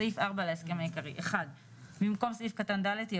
בסעיף 4 להסכם העיקרי 1. במקום ס"ק ד' יבוא: